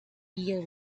eel